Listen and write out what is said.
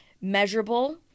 Measurable